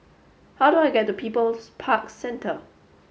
how do I get to People's Park Centre